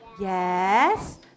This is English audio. yes